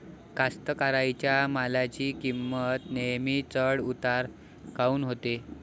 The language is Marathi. कास्तकाराइच्या मालाची किंमत नेहमी चढ उतार काऊन होते?